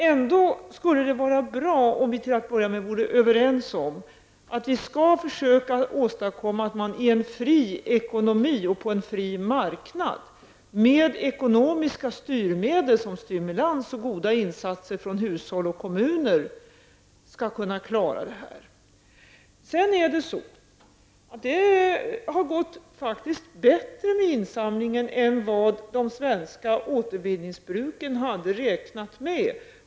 Ändå skulle det vara bra om vi till att börja med vore överens om att vi skall försöka åstadkomma att man i en fri ekonomi och på en fri marknad med ekonomiska styrmedel som stimulans och goda insatser från hushåll skall kunna klara det här. Det har faktiskt gått bättre med insamlingen än vad de svenska återvinningsbruken hade räknat med.